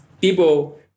people